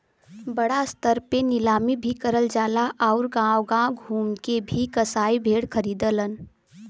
बड़ा स्तर पे नीलामी भी करल जाला आउर गांव गांव घूम के भी कसाई भेड़ खरीदलन